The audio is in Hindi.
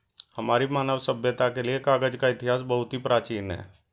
हमारी मानव सभ्यता के लिए कागज का इतिहास बहुत ही प्राचीन है